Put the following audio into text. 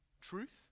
truth